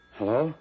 Hello